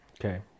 Okay